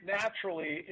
naturally